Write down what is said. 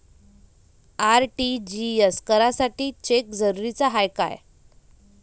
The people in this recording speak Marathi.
आर.टी.जी.एस करासाठी चेक जरुरीचा हाय काय?